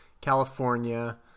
California